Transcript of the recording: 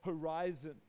horizon